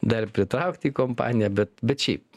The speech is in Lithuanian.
dar pritraukt į kompaniją bet bet šiaip